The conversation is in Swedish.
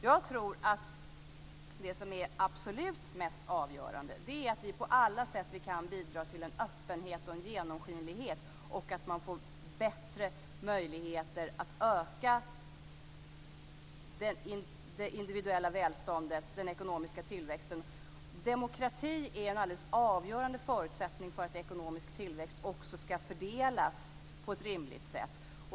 Jag tror att det som är absolut mest avgörande är att vi på alla sätt kan bidra till en öppenhet och en genomskinlighet och att man får bättre möjligheter att öka det individuella välståndet, den ekonomiska tillväxten. Demokrati är en alldeles avgörande förutsättning för att ekonomisk tillväxt också ska fördelas på ett rimligt sätt.